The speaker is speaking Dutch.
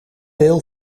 deel